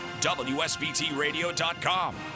WSBTRadio.com